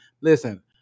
Listen